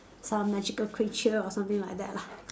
some magical creature or something like that lah